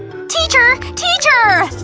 teacher! teacher!